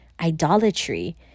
idolatry